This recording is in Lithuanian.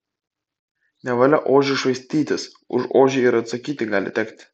nevalia ožiu švaistytis už ožį ir atsakyti gali tekti